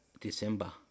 December